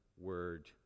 word